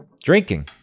drinking